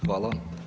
Hvala.